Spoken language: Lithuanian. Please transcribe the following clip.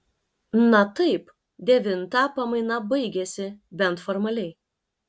na taip devintą pamaina baigiasi bent formaliai